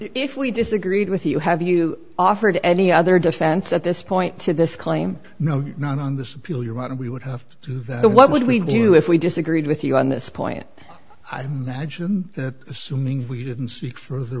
if we disagreed with you have you offered any other defense at this point to this claim no not on this appeal you're right and we would have to that what would we do if we disagreed with you on this point i imagine that assuming we didn't seek furthe